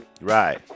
Right